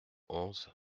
onze